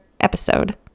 episode